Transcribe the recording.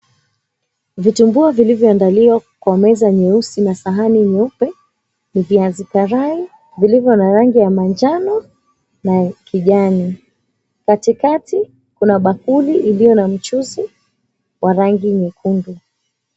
Vitumbua vilivyoandaliwa kwa meza nyeusi na sahani nyeupe ni viazi karai vilivyo na rangi ya manjano na ya kijani. Katikati kuna bakuli iliyo na mchuzi wa rangi nyekundu